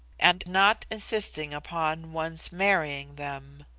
and not insisting upon one's marrying them.